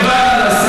למרות שהוא